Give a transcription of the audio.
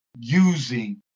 using